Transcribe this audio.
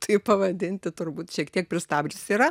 taip pavadinti turbūt šiek tiek pristabdžiusi yra